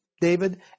David